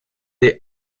des